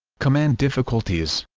command difficulties